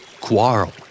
Quarrel